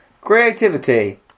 Creativity